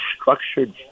structured